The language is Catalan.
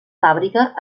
fàbrica